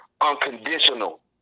unconditional